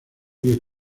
que